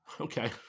Okay